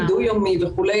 דו-יומי וכו',